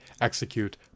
execute